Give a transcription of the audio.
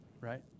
Right